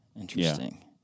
Interesting